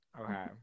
Okay